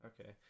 okay